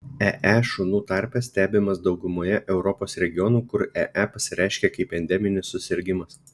ee šunų tarpe stebimas daugumoje europos regionų kur ee pasireiškia kaip endeminis susirgimas